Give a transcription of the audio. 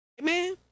Amen